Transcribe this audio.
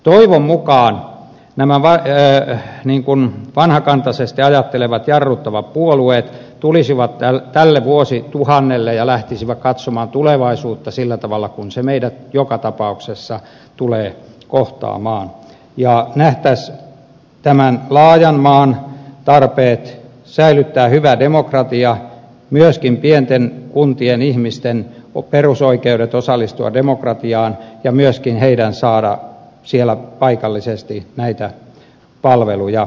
toivon mukaan nämä vanhakantaisesti ajattelevat jarruttavat puolueet tulisivat tälle vuosituhannelle ja lähtisivät katsomaan tulevaisuutta sillä tavalla kuin se meidät joka tapauksessa tulee kohtaamaan ja nähtäisiin tämän laajan maan tarpeet säilyttää hyvä demokratia myöskin pienten kuntien ihmisten perusoikeudet osallistua demokratiaan ja myöskin saada siellä paikallisesti näitä palveluja